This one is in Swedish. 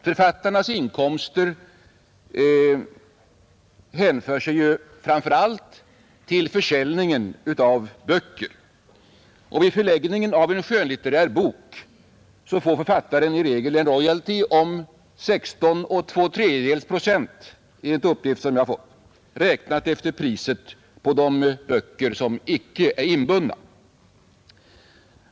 Författarnas inkomster hänför sig framför allt till försäljningen av böcker. Vid förläggningen av en skönlitterär bok får författaren, enligt uppgift som jag har fått, i regel en royalty på 16 2/3 procent, räknat efter priset på de böcker som inte är inbundna.